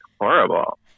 horrible